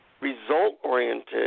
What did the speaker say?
result-oriented